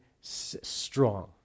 strong